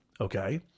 Okay